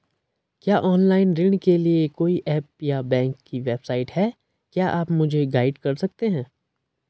क्या ऑनलाइन ऋण के लिए कोई ऐप या बैंक की वेबसाइट है क्या आप मुझे गाइड कर सकते हैं?